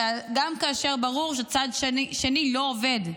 גם כאשר ברור שצד שני לא עובד.